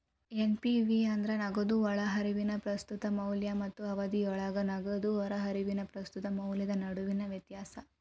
NPV ಅಂದ್ರ ನಗದು ಒಳಹರಿವಿನ ಪ್ರಸ್ತುತ ಮೌಲ್ಯ ಮತ್ತ ಅವಧಿಯೊಳಗ ನಗದು ಹೊರಹರಿವಿನ ಪ್ರಸ್ತುತ ಮೌಲ್ಯದ ನಡುವಿನ ವ್ಯತ್ಯಾಸ